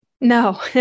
No